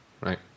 right